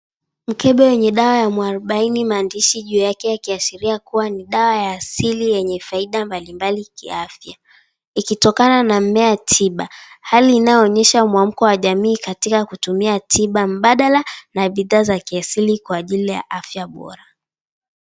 Mkebe wenye dawa ya mwarubaini na maandishi juu yake yakiashiria ni dawa ya asili yenye faida mbalimbali kiafya. Ikitokana na mmea wa tiba. Hali inayoonyesha muamko wa jamii katika kutumia tiba mbadala na bidhaa za kiasili kwa ajili afya bora.